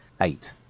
eight